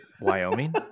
Wyoming